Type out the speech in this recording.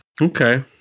Okay